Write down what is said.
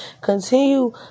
continue